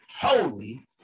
holy